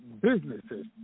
Businesses